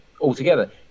altogether